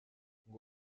ngo